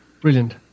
Brilliant